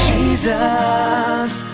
Jesus